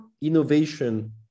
innovation